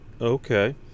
Okay